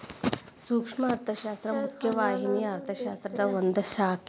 ಸೂಕ್ಷ್ಮ ಅರ್ಥಶಾಸ್ತ್ರ ಮುಖ್ಯ ವಾಹಿನಿಯ ಅರ್ಥಶಾಸ್ತ್ರದ ಒಂದ್ ಶಾಖೆ